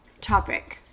topic